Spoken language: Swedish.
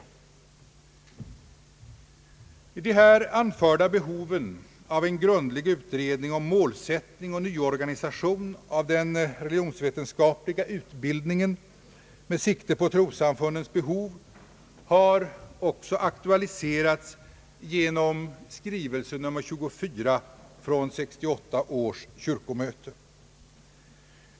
De här anförda behoven av en grundlig utredning om målsättning och nyorganisation av den religionsvetenskapliga utbildningen med sikte på trossamfundens behov har också aktualiserats genom skrivelsen nr 24 från 1968 års kyrkomöte.